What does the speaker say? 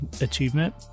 achievement